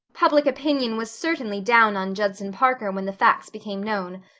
public opinion was certainly down on judson parker when the facts became known,